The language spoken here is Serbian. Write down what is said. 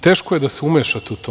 Teško je da se umešate u to.